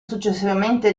successivamente